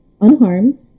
unharmed